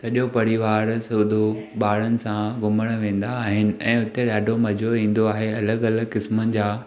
सॼो परिवार सूधो ॿारनि सां घुमणु वेंदा आहिनि ऐं हिते ॾाढो मज़ो ईंदो आहे अलॻि अलॻि क़िस्मनि जा